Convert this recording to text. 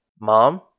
Mom